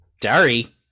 Dari